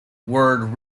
word